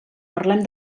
parlem